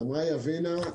אמרה יבינה,